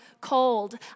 cold